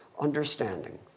understanding